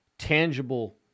tangible